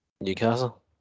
Newcastle